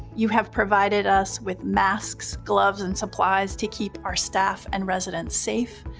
you have provided us with masks, gloves, and supplies to keep our staff and residents safe,